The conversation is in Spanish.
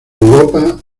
europa